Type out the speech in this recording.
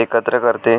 एकत्र करते